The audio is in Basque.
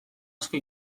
asko